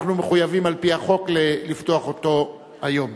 אנחנו מחויבים על-פי החוק לפתוח אותו היום.